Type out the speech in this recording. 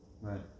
Right